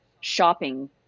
shopping